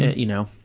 you know,